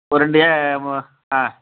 ஒரு ரெண்டு ஏ மு ஆ